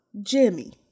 Jimmy